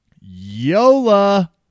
Yola